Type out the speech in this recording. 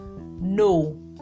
no